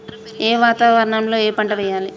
ఏ వాతావరణం లో ఏ పంట వెయ్యాలి?